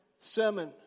sermon